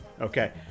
Okay